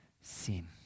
sin